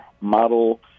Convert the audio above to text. model